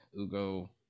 Ugo